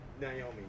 Naomi